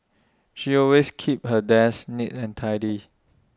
she always keeps her desk neat and tidy